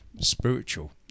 spiritual